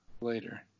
later